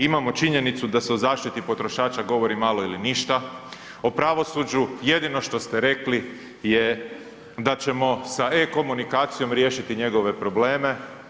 Imamo činjenicu da se o zaštiti potrošača govori malo ili ništa, o pravosuđu jedino što ste rekli je da ćemo sa e-komunikacijom riješiti njegove probleme.